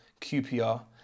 QPR